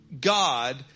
God